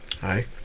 Hi